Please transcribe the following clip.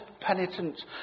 penitent